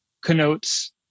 connotes